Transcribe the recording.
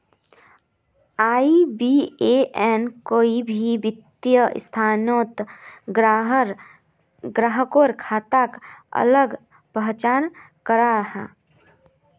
IBAN कोई भी वित्तिय संस्थानोत ग्राह्केर खाताक अलग पहचान कराहा